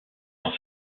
dans